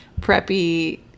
preppy